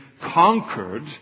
conquered